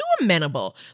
amenable